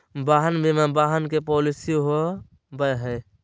वाहन बीमा वाहन के पॉलिसी हो बैय हइ